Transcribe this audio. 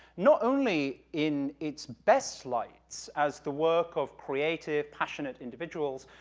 not only in its best lights, as the work of creative, passionate individuals,